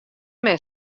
men